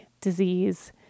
disease